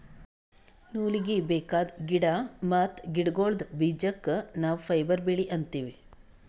ನೂಲೀಗಿ ಬೇಕಾದ್ ಗಿಡಾ ಮತ್ತ್ ಗಿಡಗೋಳ್ದ ಬೀಜಕ್ಕ ನಾವ್ ಫೈಬರ್ ಬೆಳಿ ಅಂತೀವಿ